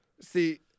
See